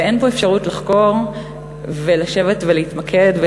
ואין פה אפשרות לחקור ולשבת ולהתמקד.